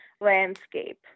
landscape